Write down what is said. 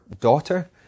daughter